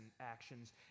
actions